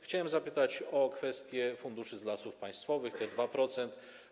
Chciałem zapytać o kwestię funduszy z Lasów Państwowych, o te 2%.